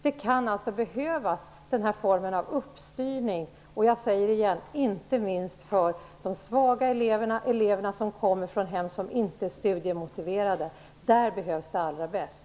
Det kan alltså behövas den här formen av uppstyrning. Och jag säger det igen, inte minst för de svaga eleverna och de elever som kommer från hem som inte är studiemotiverade: I de fallen behövs dessa samtal allra mest.